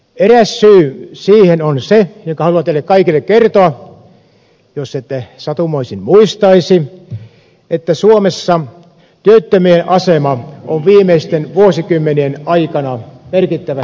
eräs syy siihen on se ja haluan sen teille kaikille kertoa jos ette sattumoisin muistaisi että suomessa työttömien asema on viimeisten vuosikymmenien aikana merkittävästi heikentynyt